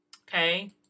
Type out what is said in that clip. okay